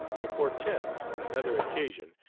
if hortense, on another occasion,